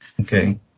Okay